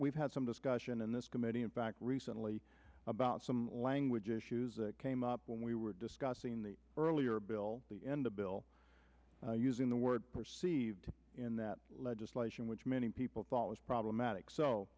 we've had some discussion in this committee and back recently about some language issues came up when we were discussing the earlier bill in the bill using the word perceived in that legislation which many people thought was problematic so